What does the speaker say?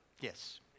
Yes